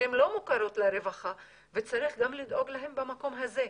שהן לא מוכרות לרווחה וצריך לדאוג להן גם במקום הזה.